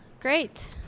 great